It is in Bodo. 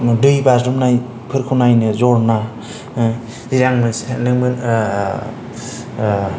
दै बाज्रुमनायफोरखौ नायनो जरना जि आङो सानदोंमोन